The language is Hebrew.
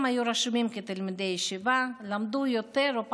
הם היו רשומים כתלמידי ישיבה, למדו יותר או פחות.